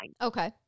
Okay